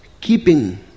Keeping